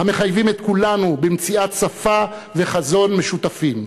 המחייבים את כולנו במציאת שפה וחזון משותפים.